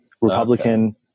Republican